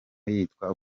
yitwa